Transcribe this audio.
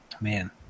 man